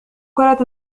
كرة